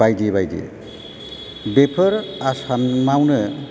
बायदि बायदि बेफोर आसामावनो